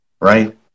right